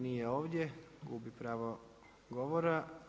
Nije ovdje, gubi pravo govora.